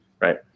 right